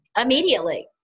immediately